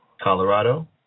Colorado